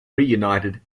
reunited